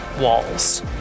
walls